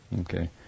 Okay